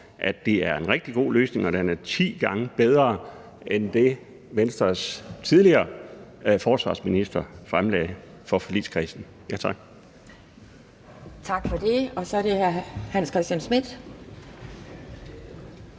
at det er en rigtig god løsning, og at den er ti gange bedre end det, Venstres tidligere forsvarsminister fremlagde for forligskredsen? Tak.